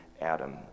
Adam